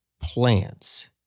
plants